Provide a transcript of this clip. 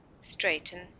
Straighten